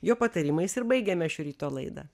jo patarimais ir baigiame šio ryto laidą